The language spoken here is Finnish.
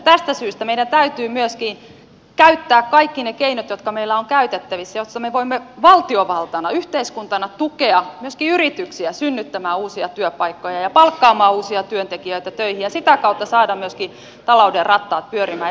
tästä syystä meidän täytyy myöskin käyttää kaikki ne keinot jotka meillä on käytettävissä jotta me voimme valtiovaltana yhteiskuntana tukea myöskin yrityksiä synnyttämään uusia työpaikkoja ja palkkaamaan uusia työntekijöitä töihin ja sitä kautta saada myöskin talouden rattaat pyörimään